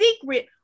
secret